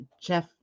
Jeff